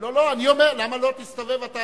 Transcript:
אני לא מסתובב בעולם,